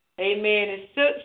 Amen